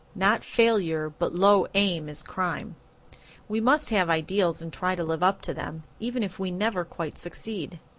not failure but low aim is crime we must have ideals and try to live up to them, even if we never quite succeed.